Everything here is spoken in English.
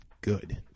good